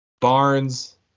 Barnes